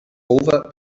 over